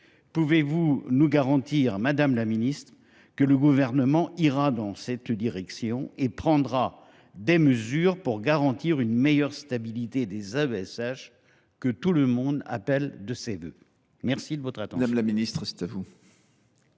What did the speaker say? Pouvez vous nous garantir, madame la ministre, que le Gouvernement ira dans cette direction et prendra les mesures pour garantir cette meilleure stabilité des AESH que tout le monde appelle de ses vœux ? La parole est à Mme la ministre déléguée.